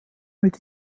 mit